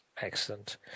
Excellent